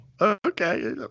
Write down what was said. okay